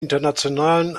internationalen